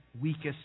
weakest